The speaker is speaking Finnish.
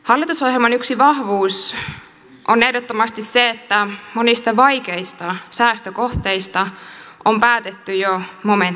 hallitusohjelman yksi vahvuus on ehdottomasti se että monista vaikeista säästökohteista on päätetty jo momenttitasoa myöten